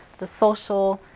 the social,